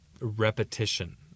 repetition